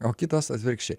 o kitas atvirkščiai